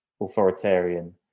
authoritarian